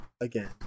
again